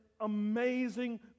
amazing